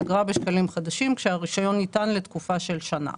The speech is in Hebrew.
אגרה בשקלים חדשים כשהרישיון ניתן לתקופה של שנה"